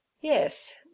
Yes